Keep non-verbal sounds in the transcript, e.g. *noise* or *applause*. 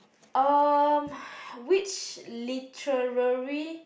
um *breath* which literary